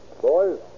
Boys